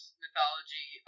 mythology